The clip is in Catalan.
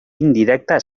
indirecta